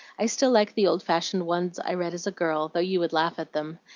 i still like the old-fashioned ones i read as a girl, though you would laugh at them.